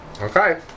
Okay